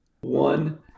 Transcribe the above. One